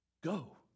go